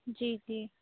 جی جی